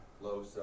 low